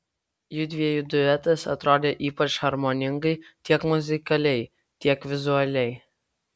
judviejų duetas atrodė ypač harmoningai tiek muzikaliai tiek vizualiai